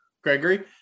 Gregory